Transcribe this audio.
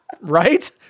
Right